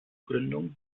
gründung